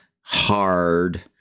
hard